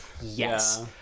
Yes